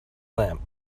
limp